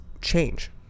change